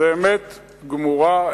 זה אמת גמורה.